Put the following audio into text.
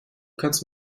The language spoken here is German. kannst